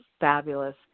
fabulous